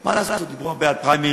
מה לעשות, דיברו הרבה על פריימריז,